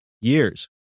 years